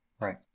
Right